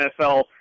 NFL